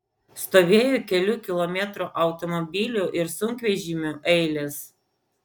stovėjo kelių kilometrų automobilių ir sunkvežimių eilės